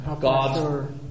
God's